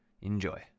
Enjoy